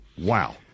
Wow